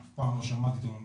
אף פעם לא שמעתי אותו אומר,